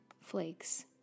flakes